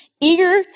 eager